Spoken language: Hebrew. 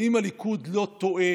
האם הליכוד לא טועה